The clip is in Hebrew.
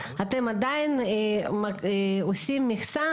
אתם עדיין עושים מכסה